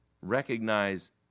Recognize